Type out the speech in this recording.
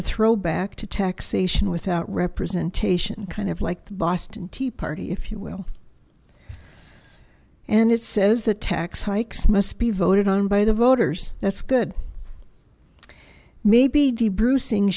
a throwback to taxation without representation kind of like the boston tea party if you will and it says the tax hikes must be voted on by the voters that's good maybe d bruising